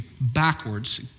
backwards